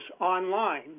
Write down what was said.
online